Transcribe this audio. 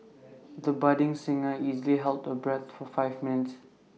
the budding singer easily held her breath for five minutes